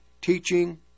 teaching